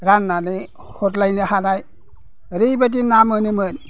राननानै हरलायनो हानाय ओरैबायदि ना मोनोमोन